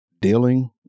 dealing